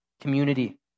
Community